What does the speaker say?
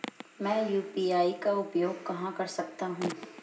मैं यू.पी.आई का उपयोग कहां कर सकता हूं?